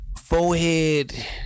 forehead